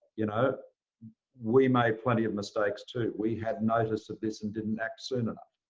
you know we made plenty of mistakes, too. we have notice of this and didn't act soon enough.